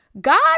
God